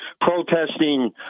protesting